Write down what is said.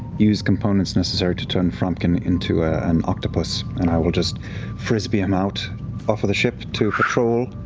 use components necessary to turn frumpkin into an octopus, and i will just frisbee him out off of the ship to patrol